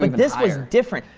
but this was different.